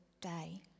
day